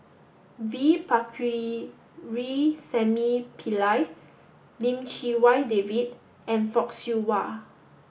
V Pakirisamy Pillai Lim Chee Wai David and Fock Siew Wah